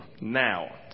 Now